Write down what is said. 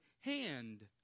hand